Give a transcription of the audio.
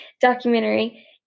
documentary